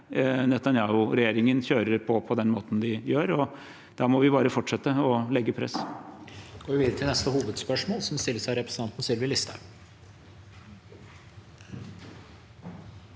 Netanyahu-regjeringen kjører på, på den måten de gjør. Da må vi bare fortsette å legge press.